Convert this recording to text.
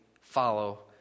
follow